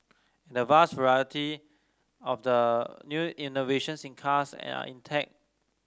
the vast majority of the new innovations in cars are in tech